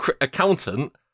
accountant